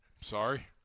Sorry